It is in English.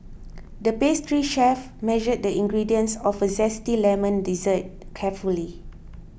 the pastry chef measured the ingredients of a Zesty Lemon Dessert carefully